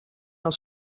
els